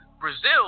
Brazil